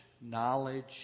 knowledge